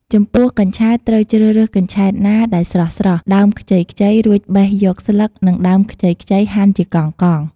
ចំពោះកញ្ឆែតត្រូវជ្រើសរើសកញ្ឆែតណាដែលស្រស់ៗ ដើមខ្ចីៗ រួចបេះយកស្លឹក និងដើមខ្ចីៗ ហាន់ជាកង់ៗ។